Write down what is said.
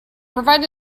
provided